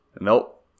Nope